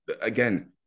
again